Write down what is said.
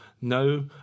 no